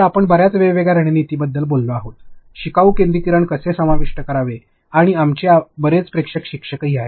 तर आपण बर्याच वेगवेगळ्या रणनीतींबद्दल बोललो आहोत शिकावू केंद्रीकरण कसे समाविष्ट करावे आणि आमचे बरेच प्रेक्षक शिक्षकही आहेत